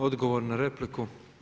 Odgovor na repliku.